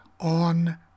on